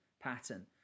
pattern